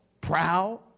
proud